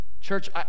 Church